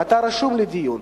ואתה רשום לדיון,